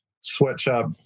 sweatshop